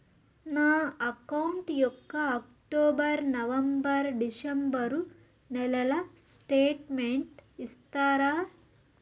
నా అకౌంట్ యొక్క October, November, December నెలల స్టేట్మెంట్ ఇస్తారా?